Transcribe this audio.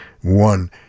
one